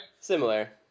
similar